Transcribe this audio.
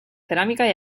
cerámica